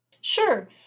Sure